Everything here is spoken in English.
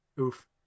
Oof